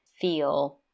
feel